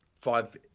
five